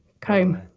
comb